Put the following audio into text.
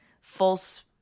false